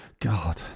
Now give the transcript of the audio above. God